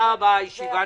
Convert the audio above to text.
הישיבה נעולה.